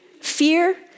Fear